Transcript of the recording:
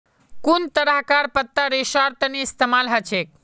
कुन तरहकार पत्ता रेशार तने इस्तेमाल हछेक